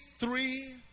three